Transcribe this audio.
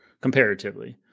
comparatively